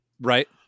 right